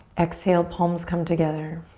exhale, palms come together.